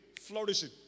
flourishing